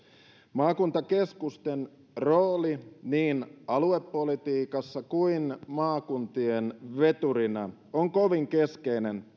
maakuntakeskusten rooli niin aluepolitiikassa kuin maakuntien veturina on kovin keskeinen